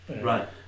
Right